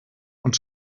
und